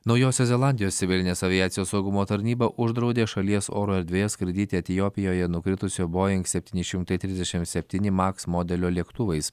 naujosios zelandijos civilinės aviacijos saugumo tarnyba uždraudė šalies oro erdvėje skraidyti etiopijoje nukritusio boing septyni šimtai trisdešimt septyni maks modelio lėktuvais